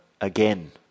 again